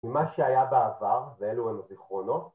ממה שהיה בעבר ואלו הם זיכרונות